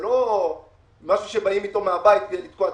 זה לא משהו שבאים אתו מהבית כדי לתקוע דברים.